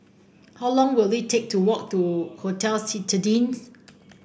how long will it take to walk to Hotel Citadines